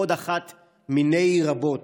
עוד אחת מני רבות.